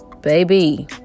baby